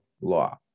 law